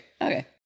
okay